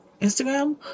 Instagram